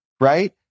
Right